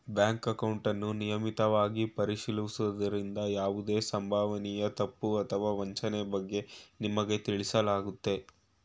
bank ಅಕೌಂಟನ್ನು ನಿಯಮಿತವಾಗಿ ಪರಿಶೀಲಿಸುವುದ್ರಿಂದ ಯಾವುದೇ ಸಂಭವನೀಯ ತಪ್ಪು ಅಥವಾ ವಂಚನೆ ಬಗ್ಗೆ ನಿಮ್ಗೆ ತಿಳಿಸಲಾಗುತ್ತೆ